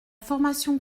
formation